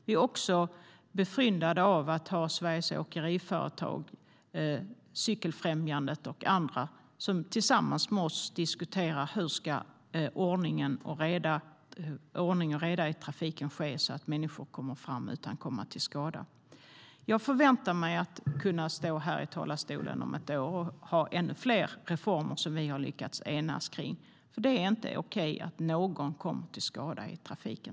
Vi är också befryndade av att Sveriges Åkeriföretag, Cykelfrämjandet och andra diskuterar med oss hur vi ska få ordning och reda i trafiken så att människor kommer fram utan att komma till skada. Jag förväntar mig att stå i talarstolen om ett år med ännu fler reformer som vi har lyckats ena oss kring, för det är inte okej att någon kommer till skada i trafiken.